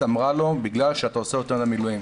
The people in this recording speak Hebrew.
אמרה לו 'בגלל שאתה עושה יותר מילואים'.